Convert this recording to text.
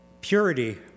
Purity